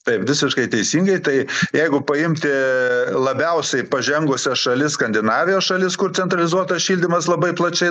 taip visiškai teisingai tai jeigu paimti labiausiai pažengusias šalis skandinavijos šalis kur centralizuotas šildymas labai plačiai